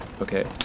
Okay